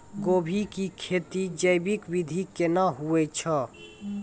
गोभी की खेती जैविक विधि केना हुए छ?